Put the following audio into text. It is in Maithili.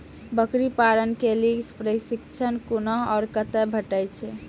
बकरी पालन के लेल प्रशिक्षण कूना आर कते भेटैत छै?